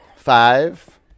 five